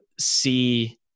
see